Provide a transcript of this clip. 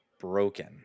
broken